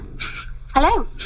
hello